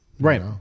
Right